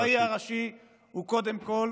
הרב הצבאי הראשי הוא קודם כול